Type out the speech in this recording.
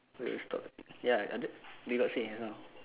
when we stop ya ada they got say just now